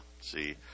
see